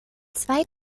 zwei